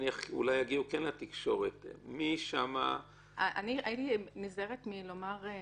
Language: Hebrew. שאולי כן יגיעו לתקשורת --- הייתי נזהרת מלומר את